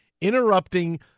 interrupting